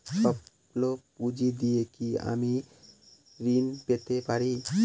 সল্প পুঁজি দিয়ে কি আমি ঋণ পেতে পারি?